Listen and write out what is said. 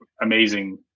amazing